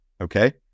Okay